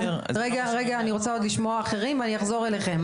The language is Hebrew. אני רוצה לשמוע עוד אחרים ואחר כך אני אחזור אליכם.